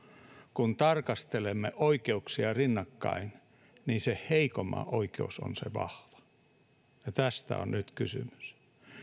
kun tarkastelemme oikeuksia rinnakkain niin se heikomman oikeus on se vahva ja tästä on nyt kysymys